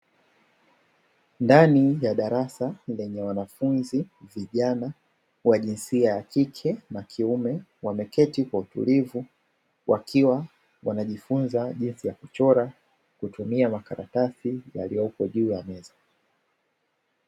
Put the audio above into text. Ndani ya darasa lenye wanafunzi vijana wajinsia ya kike na kiume wakiwa wameketi kwa utulivu, wakiwa wanajifunza jinsi ya kuchora kwa kutumia makaratasi yaliyopo juu ya meza.